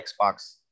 Xbox